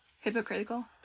hypocritical